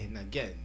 again